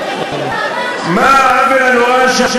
יש הרבה סיבות, אני אגיד לך אחר כך.